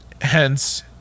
Hence